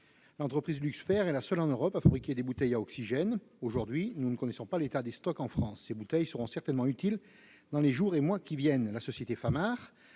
L'entreprise Luxfer est la seule en Europe à fabriquer des bouteilles d'oxygène. Aujourd'hui, nous ne connaissons pas l'état des stocks en France. Or ces bouteilles seront certainement utiles dans les jours et mois qui viennent. La société Famar